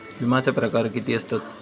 विमाचे प्रकार किती असतत?